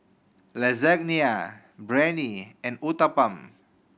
Lasagna Biryani and Uthapam